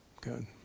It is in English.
Good